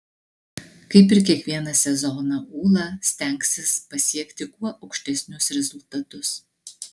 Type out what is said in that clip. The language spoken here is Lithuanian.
kaip ir kiekvieną sezoną ūla stengsis pasiekti kuo aukštesnius rezultatus